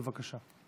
בבקשה.